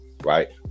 right